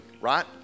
right